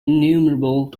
innumerable